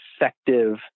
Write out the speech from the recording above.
effective